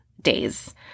days